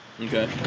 okay